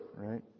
right